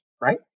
right